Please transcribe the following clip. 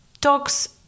dogs